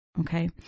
Okay